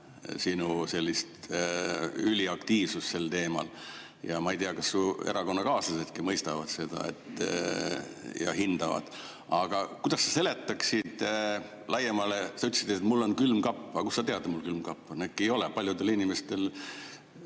sinu sellist üliaktiivsust sel teemal. Ja ma ei tea, kas su erakonnakaaslasedki mõistavad seda ja hindavad. Aga kuidas sa seletaksid laiemale ... Sa ütlesid, et mul on külmkapp. Aga kust sa tead, et mul külmkapp on? Äkki ei ole. Paljudel inimestel